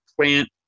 plant